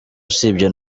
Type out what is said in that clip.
usibye